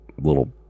little